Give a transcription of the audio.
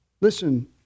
listen